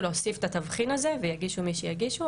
להוסיף את התבחין הזה ויגישו מי שיגישו,